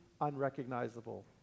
unrecognizable